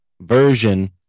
version